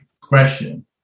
question